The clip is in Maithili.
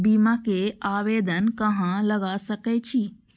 बीमा के आवेदन कहाँ लगा सके छी?